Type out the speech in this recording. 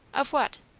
of what?